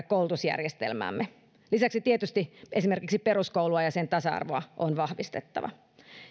koulutusjärjestelmäämme lisäksi tietysti esimerkiksi peruskoulua ja sen tasa arvoa on vahvistettava